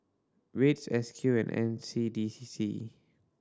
wits S Q and N C D C C